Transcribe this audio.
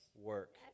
work